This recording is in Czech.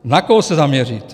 Na koho se zaměřit?